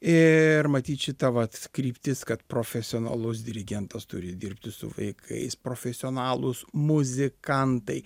ir matyt šita vat kryptis kad profesionalus dirigentas turi dirbti su vaikais profesionalūs muzikantai